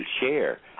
share